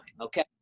Okay